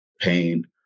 pain